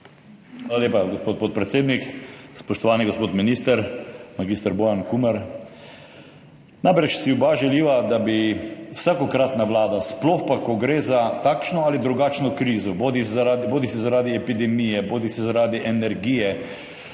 Hvala lepa, gospod podpredsednik. Spoštovani gospod minister mag. Bojan Kumer! Najbrž si oba želiva, da bi vsakokratna vlada, sploh pa, ko gre za takšno ali drugačno krizo, bodisi zaradi epidemije bodisi zaradi energije,